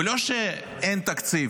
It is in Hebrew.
לא שאין תקציב,